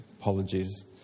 apologies